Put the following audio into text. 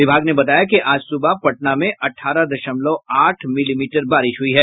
विभाग ने बताया कि आज सुबह पटना में अठारह दशमलव आठ मिलीमीटर बारिश हुयी है